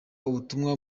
ubutumwa